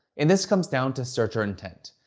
and this comes down to searcher intent.